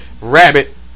Rabbit